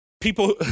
people